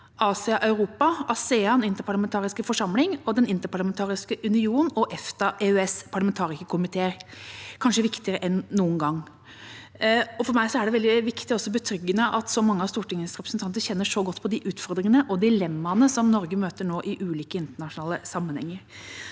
Asia og Europa. ASEANs interparlamentariske forsamling, Den interparlamentariske union og EFTAs og EØS’ parlamentari kerkomiteer er kanskje viktigere enn noen gang. For meg er det veldig viktig, og også betryggende, at så mange av Stortingets representanter kjenner så godt til de utfordringene og dilemmaene som Norge nå møter i ulike internasjonale sammenhenger.